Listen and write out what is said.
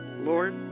Lord